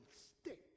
stick